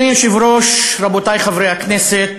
אדוני היושב-ראש, רבותי חברי הכנסת,